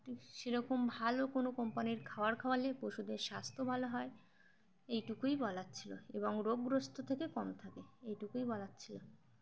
সেরকম ভালো কোনো কোম্পানির খাবার খাওয়ালে পশুদের স্বাস্থ্য ভালো হয় এইটুকুই বলার ছিল এবং রোগগ্রস্ত থেকে কম থাকে এইটুকুই বলার ছিল